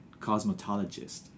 cosmetologist